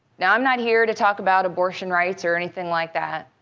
now, i'm not here to talk about abortion rights or anything like that.